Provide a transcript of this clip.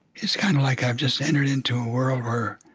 it's kind of like i've just entered into a world where